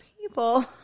people